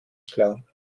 klar